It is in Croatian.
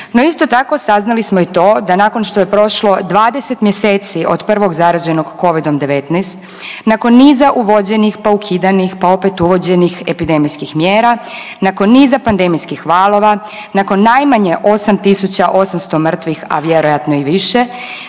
No, isto tako saznali smo i to da nakon što je prošlo 20 mjeseci od prvog zaraženog Covidom-19, nakon niza uvođenih, pa ukidanih, pa opet uvođenih epidemijskih mjera, nakon niza pandemijskih valova, nakon najmanje 8.800 mrtvih, a vjerojatno i više,